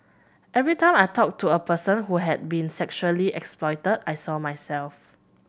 every time I talked to a person who had been sexually exploited I saw myself